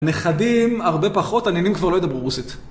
נכדים הרבה פחות, הנינים כבר לא ידברו רוסית.